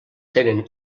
tenen